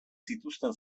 zituzten